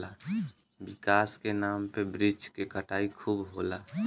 विकास के नाम पे वृक्ष के कटाई खूब होला